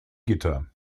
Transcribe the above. gitter